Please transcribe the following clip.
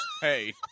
hey